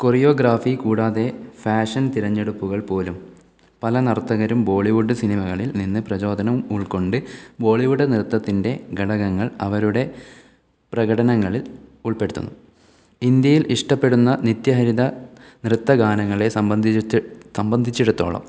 choreography കൂടാതെ fashion തെരഞ്ഞെടുപ്പുകൾ പോലും പല നർത്തകരും ബോളിവുഡ് സിനിമകളിൽ നിന്ന് പ്രചോദനം ഉൾക്കൊണ്ട് ബോളിവുഡ് നൃത്തത്തിൻ്റെ ഘടകങ്ങൾ അവരുടെ പ്രകടനങ്ങളിൽ ഉൾപ്പെടുത്തുന്നു ഇന്ത്യയിൽ ഇഷ്ടപെടുന്ന നിത്യഹരിത നൃത്ത ഗാനങ്ങളെ സംബന്ധിച്ച് സംബന്ധിച്ചിടത്തോളം